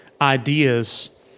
ideas